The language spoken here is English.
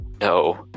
no